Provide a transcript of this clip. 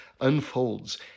unfolds